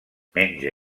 menja